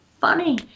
funny